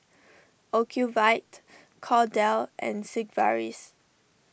Ocuvite Kordel's and Sigvaris